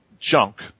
junk